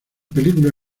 película